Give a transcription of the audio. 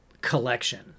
collection